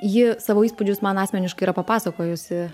ji savo įspūdžius man asmeniškai yra papasakojusi